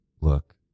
Look